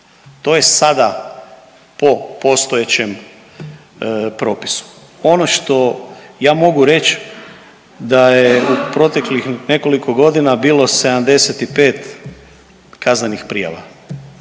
to je sada po postojećem propisu. Ono što ja mogu reć da je u proteklih nekoliko godina bilo 75 kaznenih prijava,